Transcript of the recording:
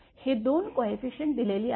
हे दोन कोयफिसियंट दिलेली आहेत